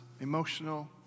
emotional